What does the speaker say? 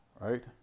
right